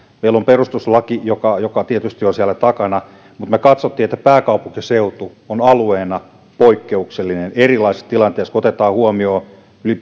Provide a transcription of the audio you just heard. meillä on perustuslaki joka joka tietysti on siellä takana mutta me myös katsoimme että pääkaupunkiseutu on alueena poikkeuksellinen erilaisessa tilanteessa kun otetaan huomioon